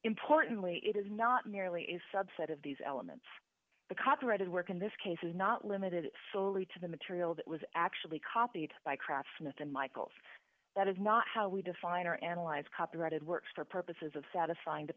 importantly it is not merely a subset of these elements the copyrighted work in this case is not limited solely to the material that was actually copied by craftsman and michaels that is not how we define or analyze copyrighted works for purposes of satisfying to